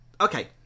okay